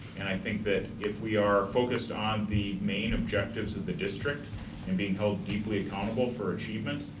and i think that if we are focused on the main objectives of the district and being held deeply accountable for achievement,